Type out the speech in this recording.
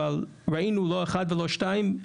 אבל ראינו לא אחד ולא שתיים,